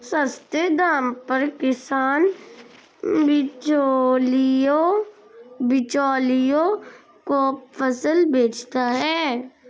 सस्ते दाम पर किसान बिचौलियों को फसल बेचता है